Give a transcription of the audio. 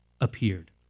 appeared